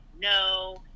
no